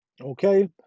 okay